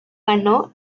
ganó